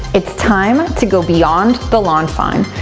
it's time to go beyond the lawn sign.